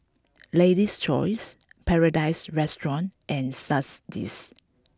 Lady's Choice Paradise Restaurant and